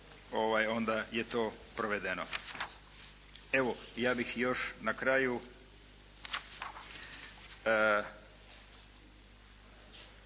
onda je to provedeno. Evo, ja bih još na kraju,